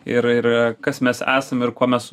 ir ir ir kas mes esame ir kuo mes